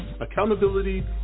accountability